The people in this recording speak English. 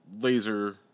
laser